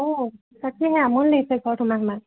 অঁ তাকেহে আমনি লাগিছে ঘৰত সোমাই সোমাই